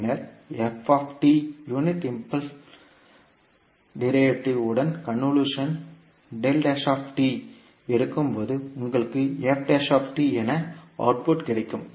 பின்னர் unit impulse derivative உடன் convolution எடுக்கும்போது உங்களுக்கு என அவுட்புட் கிடைக்கும்